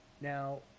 now